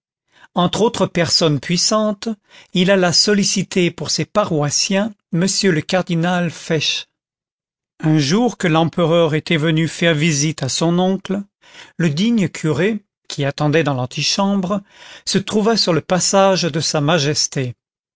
entre autres personnes puissantes il alla solliciter pour ses paroissiens m le cardinal fesch un jour que l'empereur était venu faire visite à son oncle le digne curé qui attendait dans l'antichambre se trouva sur le passage de sa majesté